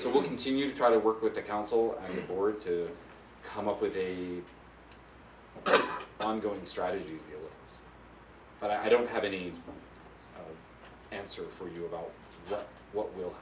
so we'll continue to try to work with the council board to come up with a i'm going strategy but i don't have any answer for you about what will